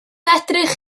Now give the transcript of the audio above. edrych